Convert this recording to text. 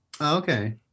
Okay